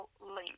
Link